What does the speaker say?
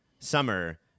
summer